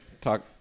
Talk